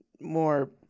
more